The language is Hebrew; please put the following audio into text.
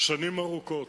שנים ארוכות.